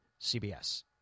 CBS